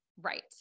Right